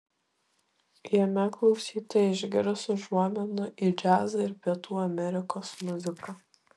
jame klausytojai išgirs užuominų į džiazą ir pietų amerikos muziką